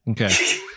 Okay